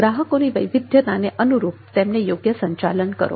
ગ્રાહકોના વૈવિધ્યતાને અનુરૂપ તેમનું યોગ્ય સંચાલન કરો